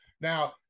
Now